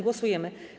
Głosujemy.